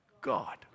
God